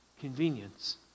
convenience